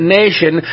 nation